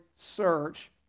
search